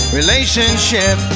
relationship